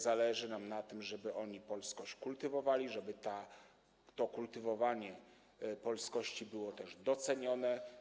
Zależy nam na tym, żeby oni polskość kultywowali, żeby to kultywowanie polskości było też docenione.